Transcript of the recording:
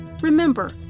Remember